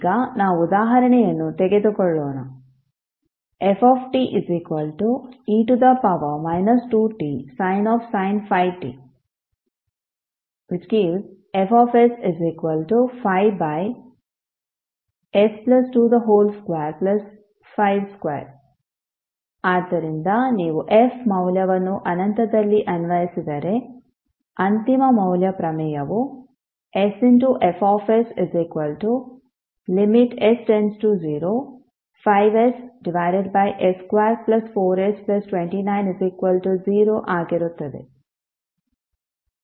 ಈಗ ನಾವು ಉದಾಹರಣೆಯನ್ನು ತೆಗೆದುಕೊಳ್ಳೋಣ fte 2tsin 5t↔Fs5s2252 ಆದ್ದರಿಂದ ನೀವು f ಮೌಲ್ಯವನ್ನು ಅನಂತದಲ್ಲಿ ಅನ್ವಯಿಸಿದರೆ ಅಂತಿಮ ಮೌಲ್ಯ ಪ್ರಮೇಯವು sFs s→05ss24s290 ಆಗಿರುತ್ತದೆ